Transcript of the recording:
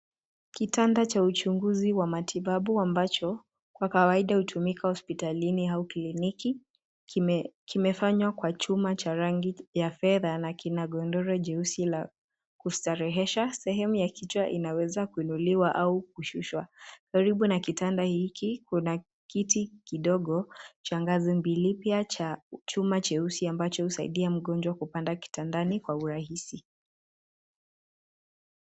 Kitanda cha uchunguzi wa matibabu ambacho kwa kawaida hutumika hospitalini au kliniki. Kimeundwa kwa chuma cha rangi ya fedha na kina godoro jeupe la kustarehesha, sehemu ya kichwa ikiwa inaweza kuinuliwa au kushushwa. Karibu na kitanda hiki, kuna kiti kidogo cha chuma chenye magurudumu, ambacho husaidia mgonjwa kukaa karibu na kitanda kwa urahisi.